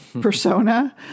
persona